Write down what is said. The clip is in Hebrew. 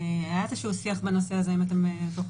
היה איזשהו שיח בנושא הזה אם אתם זוכרים.